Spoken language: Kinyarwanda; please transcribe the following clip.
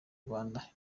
rwanda